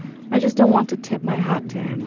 i just don't want to tip my hat to him.